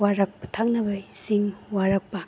ꯊꯛꯅꯕ ꯏꯁꯤꯡ ꯋꯥꯔꯛꯄ